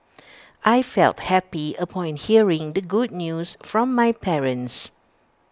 I felt happy upon hearing the good news from my parents